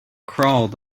crawled